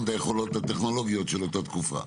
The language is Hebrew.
את היכולות הטכנולוגיות של אותה תקופה.